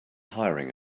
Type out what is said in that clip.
hiring